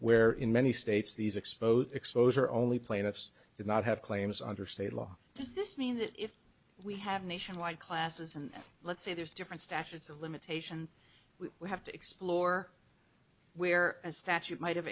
where in many states these exposed exposure only plaintiffs do not have claims under state law does this mean that if we have nationwide classes and let's say there's different statutes of limitation we have to explore where a statute might